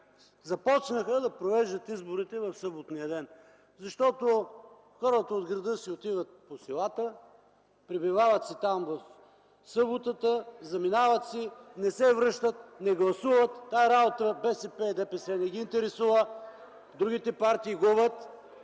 започнаха да провеждат изборите в съботния ден, защото хората от града си отиват по селата, пребивават си там в съботата, заминават си, не се връщат, не гласуват. Тази работа БСП и ДПС не ги интересува, другите партии губят.